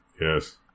yes